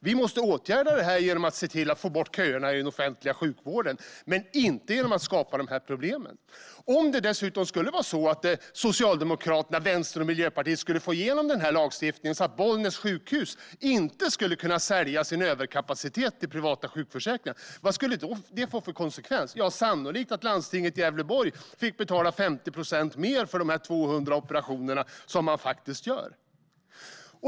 Vi måste åtgärda detta genom att se till att få bort köerna i den offentliga sjukvården, men inte genom att skapa de här problemen. Om Socialdemokraterna, Vänstern och Miljöpartiet dessutom skulle få igenom denna lagstiftning så att Bollnäs sjukhus inte skulle kunna sälja sin överkapacitet till privata sjukförsäkringar, vad skulle det få för konsekvens? Ja, sannolikt att landstinget i Gävleborg fick betala 50 procent mer för de 200 operationer man faktiskt gör.